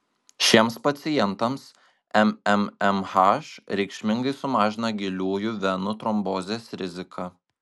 šiems pacientams mmmh reikšmingai sumažina giliųjų venų trombozės riziką